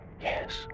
yes